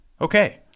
Okay